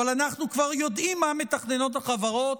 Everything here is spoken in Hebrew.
אבל אנחנו כבר יודעים מה מתכננות החברות,